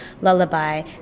lullaby